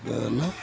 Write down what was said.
அது பெயர் என்ன